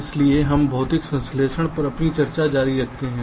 इसलिए हम भौतिक संश्लेषण पर अपनी चर्चा जारी रखते हैं